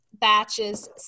batches